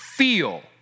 feel